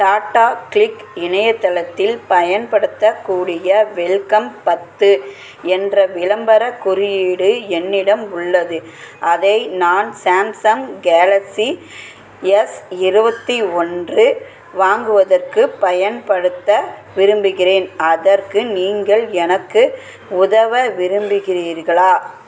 tata CLiQ இணையதளத்தில் பயன்படுத்தக்கூடிய welcome பத்து என்ற விளம்பர குறியீடு என்னிடம் உள்ளது அதை நான் சாம்சங் கேலக்சி எஸ் இருபத்தி ஒன்று வாங்குவதற்கு பயன்படுத்த விரும்புகிறேன் அதற்கு நீங்கள் எனக்கு உதவ விரும்புகிறீர்களா